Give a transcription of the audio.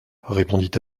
répondit